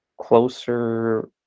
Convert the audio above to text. closer